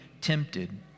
tempted